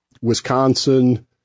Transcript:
Wisconsin